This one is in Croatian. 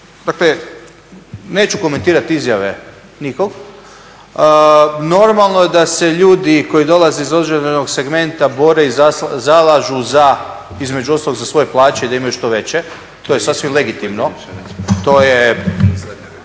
dakle neću komentirati izjave nikog. Normalno je da se ljudi koji dolaze iz određenog segmenta bore i zalažu između ostalog za svoje plaće i da imaju što veće, i to je sasvim legitimno, to je,